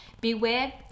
Beware